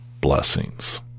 blessings